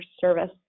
service